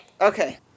Okay